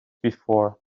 before